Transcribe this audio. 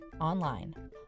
online